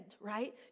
right